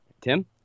Tim